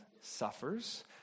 suffers